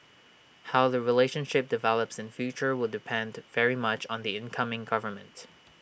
how the relationship develops in future will depend very much on the incoming government